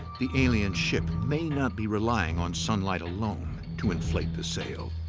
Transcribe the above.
the alien ship may not be relying on sunlight alone to inflate the sail.